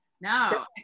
No